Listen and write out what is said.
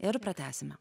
ir pratęsime